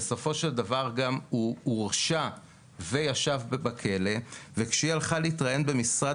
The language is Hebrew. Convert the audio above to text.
בסופו של דבר גם הוא הורשע וישב בכלא וכשהיא הלכה להתראיין במשרד